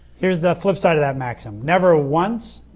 here is the flip side of that maxim. never once